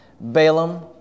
Balaam